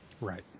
Right